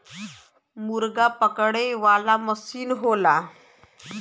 मुरगा पकड़े वाला मसीन होला